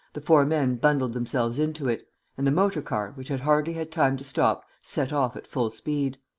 the four men bundled themselves into it and the motor-car, which had hardly had time to stop, set off at full speed.